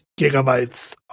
gigabytes